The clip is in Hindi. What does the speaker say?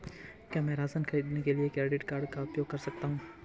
क्या मैं राशन खरीदने के लिए क्रेडिट कार्ड का उपयोग कर सकता हूँ?